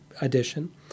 edition